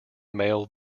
male